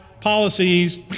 policies